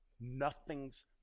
Nothing's